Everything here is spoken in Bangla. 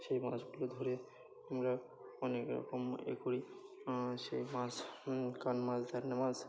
সেই মাছগুলো ধরে আমরা অনেক রকম ইয়ে করি সেই মাছ কান মাছ দান্নে মাছ